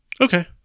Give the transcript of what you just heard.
Okay